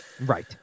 Right